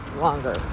longer